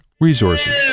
resources